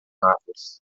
árvores